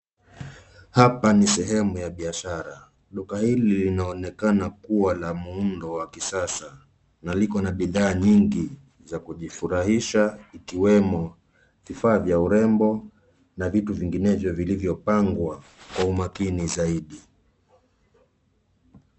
Hapa ni sehemu ya biashara. Duka hili linaonekana kuwa la muundo wa kisasa na liko na bidhaa nyingi za kujifurajisha ikiwemo vifaa vya urembo na vitu vinginevyo vilivyo pangwa kwa umakini zaidi.